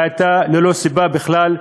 והייתה ללא סיבה בכלל,